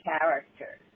character